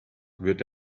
wird